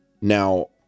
Now